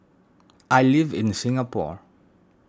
I live in Singapore